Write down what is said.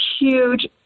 huge